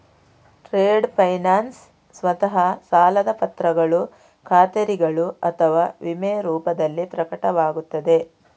trade finance ಸ್ವತಃ ಸಾಲದ ಪತ್ರಗಳು ಖಾತರಿಗಳು ಅಥವಾ ವಿಮೆಯ ರೂಪದಲ್ಲಿ ಪ್ರಕಟವಾಗುತ್ತದೆ